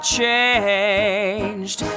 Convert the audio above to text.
changed